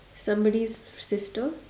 somebody's sister